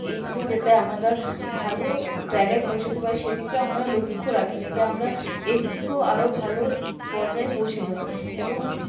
এইটাতে থেকে যাতে আমরা ভালো জায়গায় পৌঁছোতে পারি সেদিকে আমরা লক্ষ্য রাখি যাতে আমরা এর থেকেও আরও ভালো পর্যায় পৌঁছে যাই এবং